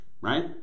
right